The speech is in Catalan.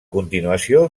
continuació